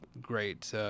great –